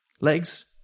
Legs